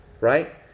right